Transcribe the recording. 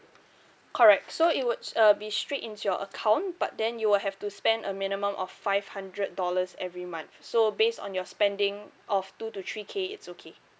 correct so it would uh be straight into your account but then you will have to spend a minimum of five hundred dollars every month so based on your spending of two to three K it's okay